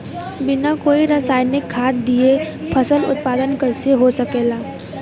बिना कोई रसायनिक खाद दिए फसल उत्पादन कइसे हो सकेला?